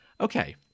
Okay